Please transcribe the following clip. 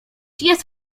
jest